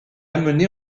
amené